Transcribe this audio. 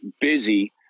busy